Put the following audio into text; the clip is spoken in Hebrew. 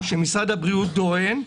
משרד הבריאות קיבל יומיים.